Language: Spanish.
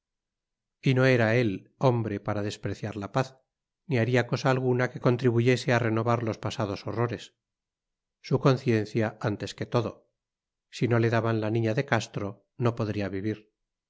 y no era él hombre para despreciar la paz ni haría cosa alguna que contribuyese a renovar los pasados horrores su conciencia antes que todo si no le daban la niña de castro no podría vivir